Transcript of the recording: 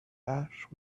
ash